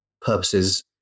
purposes